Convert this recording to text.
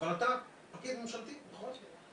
אבל אתה מרכיב ממשלתי, נכון?